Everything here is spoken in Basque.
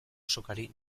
sokari